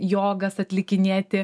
jogas atlikinėti